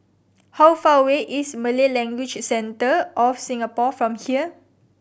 how far away is Malay Language Centre of Singapore from here